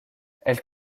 elle